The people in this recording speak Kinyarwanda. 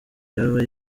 yaba